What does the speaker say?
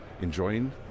enjoying